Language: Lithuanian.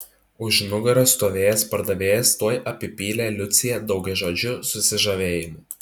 už nugaros stovėjęs pardavėjas tuoj apipylė liuciją daugiažodžiu susižavėjimu